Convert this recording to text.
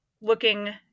looking